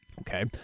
okay